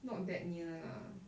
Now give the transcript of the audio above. not that near lah